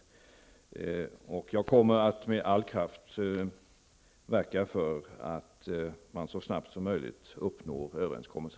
Jag kommer med all kraft att verka för att man så snabbt som möjligt uppnår en överenskommelse.